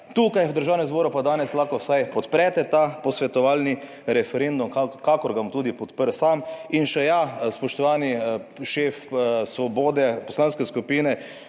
Tukaj v Državnem zboru, pa danes lahko vsaj podprete ta posvetovalni referendum, kakor ga bom tudi podprl sam. In še ja, spoštovani šef Svobode poslanske skupine,